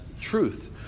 truth